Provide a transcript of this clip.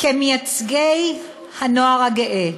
כמייצגי הנוער הגאה,